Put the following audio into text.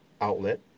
outlet